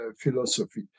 philosophy